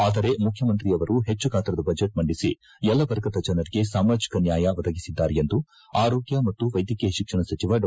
ಅದರೆ ಮುಖ್ಯಮಂತ್ರಿಯವರು ಹೆಚ್ಚು ಗಾತ್ರದ ಬಜೆಚ್ ಮಂಡಿಸಿ ಎಲ್ಲ ವರ್ಗದ ಜನರಿಗೆ ಸಾಮಾಜಿಕ ನ್ಯಾಯ ಒದಗಿಸಿದ್ದಾರೆ ಎಂದು ಆರೋಗ್ಯ ಮತ್ತು ವೈದ್ಯಕೀಯ ಶಿಕ್ಷಣ ಸಚಿವ ಡಾ